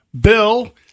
bill